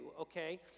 okay